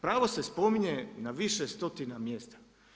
Pravo se spominje na više stotina mjesta.